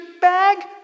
bag